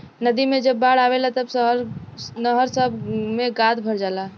नदी मे जब बाढ़ आवेला तब नहर सभ मे गाद भर जाला